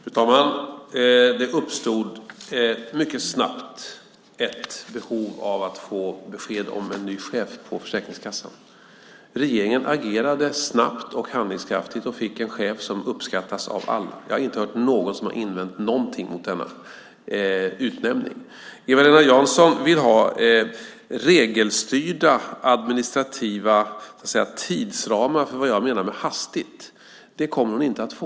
Fru talman! Det uppstod mycket snabbt ett behov av att få besked om en ny chef på Försäkringskassan. Regeringen agerade snabbt och handlingskraftigt och fick en chef som uppskattas av alla. Jag har inte hört någon som har invänt något mot denna utmaning. Eva-Lena Jansson vill ha regelstyrda administrativa tidsramar för vad jag menar med "hastigt". Det kommer hon inte att få.